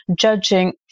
judging